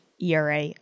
ERA